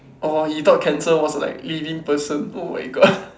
orh he thought cancer was like leading person oh my god